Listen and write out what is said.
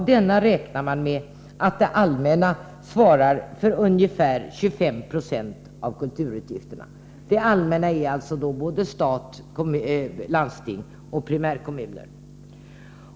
Man räknar med att det allmänna svarar för ungefär 25 Yo av kulturutgifterna. Det allmänna är stat, landsting och primärkommu ner.